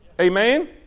Amen